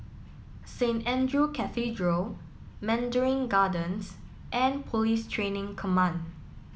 Saint Andrew Cathedral Mandarin Gardens and Police Training Command